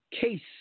case